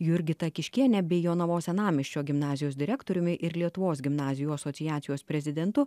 jurgita kiškiene bei jonavos senamiesčio gimnazijos direktoriumi ir lietuvos gimnazijų asociacijos prezidentu